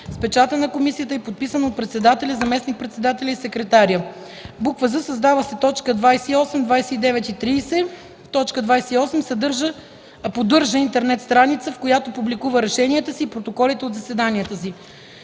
печата на комисията и подписано от председателя, заместник-председателя и секретаря;” з) създават се т. 28, 29 и 30: „28. поддържа интернет страница, в която публикува решенията си и протоколите от заседанията си;